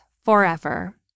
forever